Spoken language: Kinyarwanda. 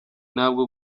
ntabwo